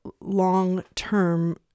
long-term